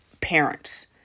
parents